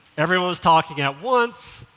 everyone was talking at once,